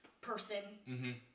person